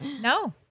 No